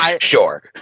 Sure